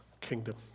kingdom